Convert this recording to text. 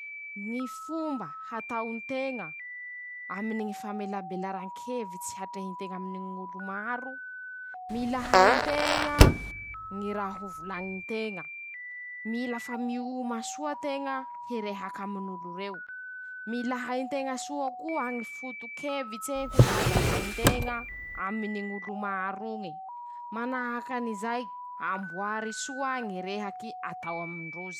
Ñy fomba hatao nteña aminy ñy famelaberan-kevitsy hatrehy nteña aminy ñ'olo maro: -Mila hain-teña ñy raha ho volañy nteña, mila fa mioma soa teña hirehaky amin'olo reo. -Mila hay nteña soa koa ñy foto-kevitse ho hazavay nteña aminy ñ'olo maro eñe, manahakan'izay amboary soa ñy rehaky atao amm.